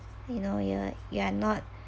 you know you're you're not